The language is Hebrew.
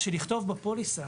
שלכתוב בפוליסה